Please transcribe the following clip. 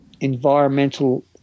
environmental